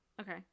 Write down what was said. okay